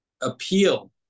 Appeal